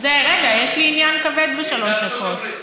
רגע, יש לי עניין כבד בשלוש דקות.